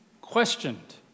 questioned